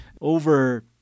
over